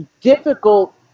difficult